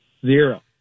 Zero